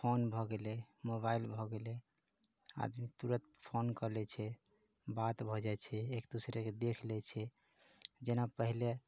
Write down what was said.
कि फोन भऽ गेलै मोबाइल भऽ गेलै आदमी तुरत फोन कऽ लै छै बात भऽ जाइ छै एक दोसरे केँ देख लै छै जेना पहिले